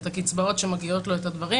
את הקצבאות שמגיעות לו וכולי,